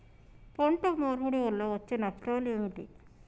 పంట మార్పిడి వల్ల వచ్చే నష్టాలు ఏమిటి?